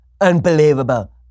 Unbelievable